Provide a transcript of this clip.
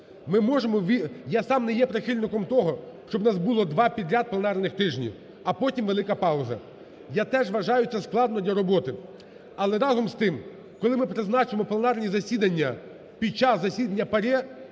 Я сам не є прихильником того, щоб в нас було два підряд пленарних тижні, а потім – велика пауза. Я теж вважаю, це складно для роботи, але, разом з тим, коли ми призначимо пленарні засідання під час засідання ПАРЄ,